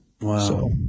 Wow